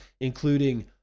including